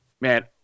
man